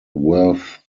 worth